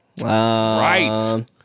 right